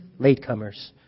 latecomers